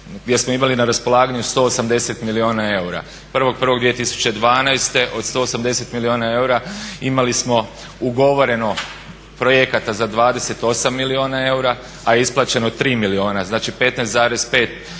gdje smo imali na raspolaganju 180 milijuna eura. 1.1.2012. od 180 milijuna eura imali smo ugovoreno projekata za 28 milijuna eura, a isplaćeno je 3 milijuna, znači 15,5% je bila